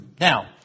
Now